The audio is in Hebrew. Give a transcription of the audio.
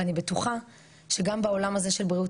ואני בטוחה שגם בעולם הזה של בריאות